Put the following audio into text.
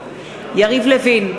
יריב לוין,